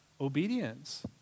obedience